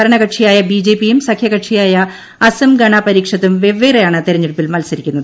ഭരണകക്ഷിയായ B J P യും സഖ്യകക്ഷിയായ അസം ഗണപരിഷത്തും വെവ്വേറെയാണ് തെരഞ്ഞെടുപ്പിൽ മത്സരിക്കുന്നത്